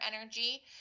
energy